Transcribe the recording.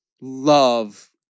love